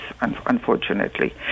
unfortunately